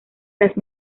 las